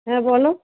হ্যাঁ বলো